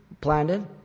planted